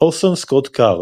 אורסון סקוט קארד